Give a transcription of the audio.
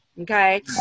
okay